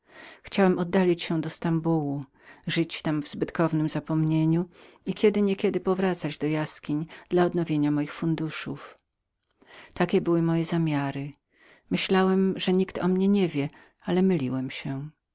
chciałem oddalić się do stambułu żyć tam w zbytkownem zapomnieniu i kiedy niekiedy powracać do jaskiń dla odnowienia moich funduszów takie były moje zamiary myślałem że nikt o mnie niewiedział ale myliłem się